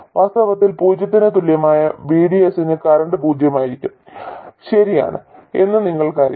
വാസ്തവത്തിൽ പൂജ്യത്തിന് തുല്യമായ VDS ന് കറന്റ് പൂജ്യമായിരിക്കും ശരിയാണ് എന്ന് നിങ്ങൾക്കറിയാം